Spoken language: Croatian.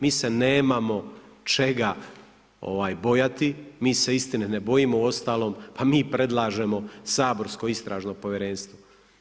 Mi se nemamo čega bojati, mi se istine ne bojimo, uostalom, mi predlažemo saborsko Istražno povjerenstvo.